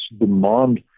demand